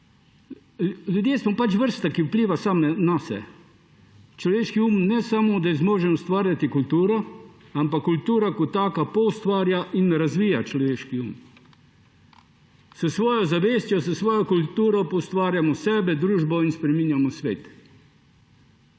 Ljudje smo vrsta, ki vpliva samo nase. Človeški um ne samo, da je zmožen ustvarjati kulturo, ampak kultura kot taka poustvarja in razvija človeški um. S svojo zavestjo, s svojo kulturo poustvarjamo sebe, družbo in spreminjamo svet.